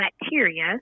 bacteria